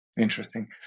interesting